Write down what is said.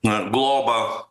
na globą